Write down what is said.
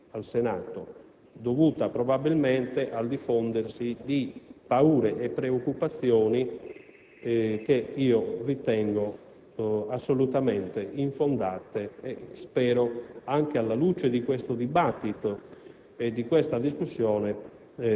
vigente qui al Senato, dovuta probabilmente al diffondersi di paure e preoccupazioni che ritengo assolutamente infondate e spero che, anche alla luce dell'odierno dibattito